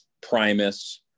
Primus